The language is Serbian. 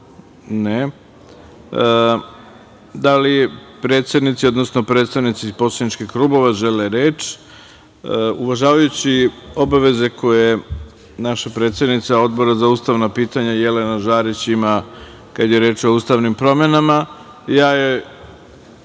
(Ne.)Da li predsednici, odnosno predstavnici poslaničkih klubova žele reč? Uvažavajući obaveze koje naša predsednica Odbora za ustavna pitanja, Jelena Žarić Kovačević kada je reč o Ustavnim promenama, ja joj